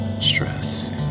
stress